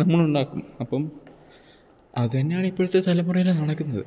നമ്മളുണ്ടാക്കും അപ്പം അത് തന്നെയാണ് ഇപ്പോഴത്തെ തലമുറയിൽ നടക്കുന്നത്